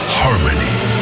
harmony